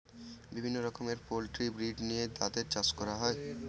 বিভিন্ন রকমের poultry breed নিয়ে তাদের চাষ করা হয়